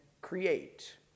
create